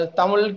Tamil